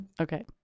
okay